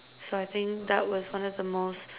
so I think that was one of the most